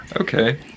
okay